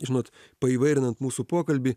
žinot paįvairinant mūsų pokalbį